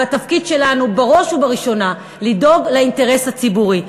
והתפקיד שלנו בראש ובראשונה הוא לדאוג לאינטרס הציבורי.